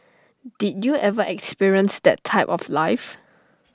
did you ever experience that type of life